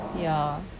ya